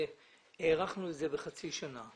הארכנו את זה בחצי שנה.